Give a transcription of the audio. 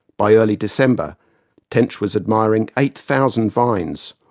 by early december tench was admiring eight thousand vines.